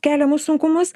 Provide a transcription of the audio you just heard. keliamus sunkumus